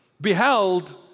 beheld